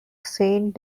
saint